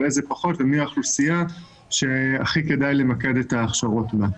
איזה פחות ומי האוכלוסייה שהכי כדאי למקד את ההכשרות בה.